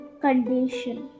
condition